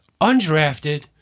undrafted